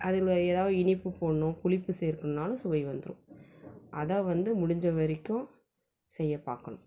அதில் ஏதாவது இனிப்பு போடணும் புளிப்பு சேர்க்கணும்னாலும் சுவை வந்துடும் அதை வந்து முடிஞ்சவரைக்கும் செய்ய பார்க்கணும்